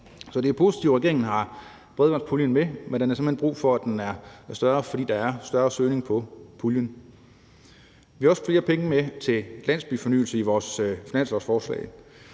Så det er positivt, at regeringen har bredbåndspuljen med, men der er simpelt hen brug for, at den er større, fordi der er større søgning på puljen. Vi har også flere penge med til landsbyfornyelse i vores finanslovsforslag.